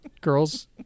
girls